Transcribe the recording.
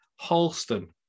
halston